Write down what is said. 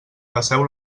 passeu